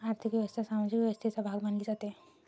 आर्थिक व्यवस्था सामाजिक व्यवस्थेचा भाग मानली जाते